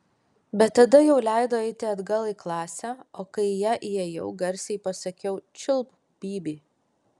bet tada jau leido eiti atgal į klasę o kai į ją įėjau garsiai pasakiau čiulpk bybį